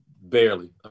barely